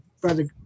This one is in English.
Brother